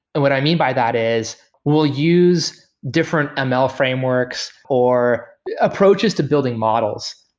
and what i mean by that is we'll use different ml frameworks or approaches to building models.